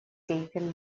taken